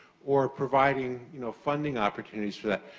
or providing you know funding opportunities for that.